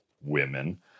women